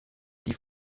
die